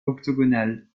octogonale